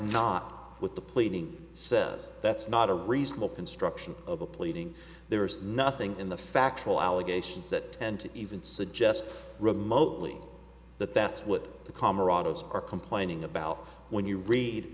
not what the planing says that's not a reasonable construction of a pleading there is nothing in the factual allegations that and even suggest remotely that that's what the camaraderie are complaining about when you read